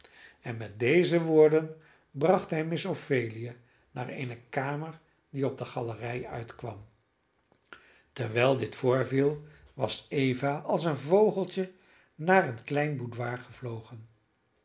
en met deze woorden bracht hij miss ophelia naar eene kamer die op de galerij uitkwam terwijl dit voorviel was eva als een vogeltje naar een klein boudoir gevlogen